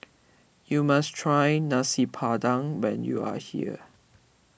you must try Nasi Padang when you are here